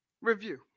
review